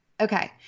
Okay